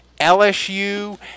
LSU